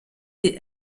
des